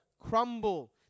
crumble